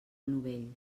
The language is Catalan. novell